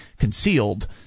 concealed